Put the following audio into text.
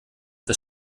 das